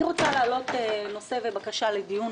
אני רוצה להעלות נושא ובקשה לדיון.